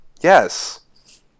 Yes